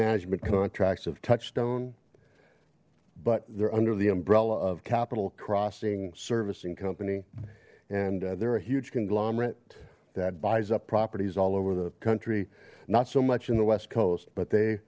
management contracts of touchstone but they're under the umbrella of capital crossing servicing company and they're a huge conglomerate that buys up properties all over the country not so much in the west coast but they